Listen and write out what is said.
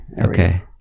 okay